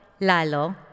Lalo